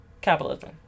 Capitalism